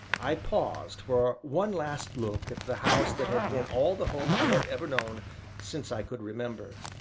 i paused for one last look at the house that had been all the home i had ever known since i could remember.